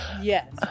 yes